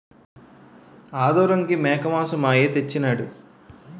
ఆదోరంకి మేకమాంసం మా అయ్య తెచ్చెయినాడు